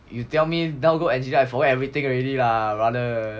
you tell me now go engineer I forgot everything already lah brother